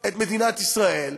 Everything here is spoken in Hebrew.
את מדינת ישראל,